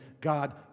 God